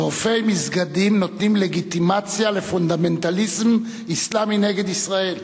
שורפי מסגדים נותנים לגיטימציה לפונדמנטליזם אסלאמי נגד ישראל.